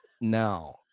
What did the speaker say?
now